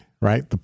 right